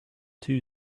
two